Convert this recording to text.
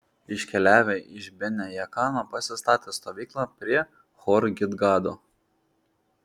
iškeliavę iš bene jaakano pasistatė stovyklą prie hor gidgado